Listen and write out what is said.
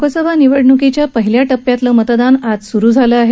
लोकसभा निवडणुकीच्या पहिल्या टप्प्याचं मतदान आज सुरू आहे